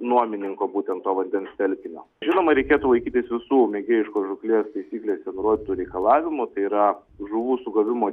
nuomininko būtent to vandens telkinio žinoma reikėtų laikytis visų mėgėjiškos žūklės taisyklėse nurodytų reikalavimų tai yra žuvų sugavimo